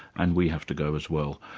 and we have to go as well.